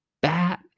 bat